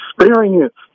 experience